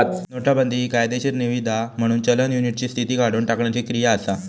नोटाबंदी हि कायदेशीर निवीदा म्हणून चलन युनिटची स्थिती काढुन टाकण्याची क्रिया असा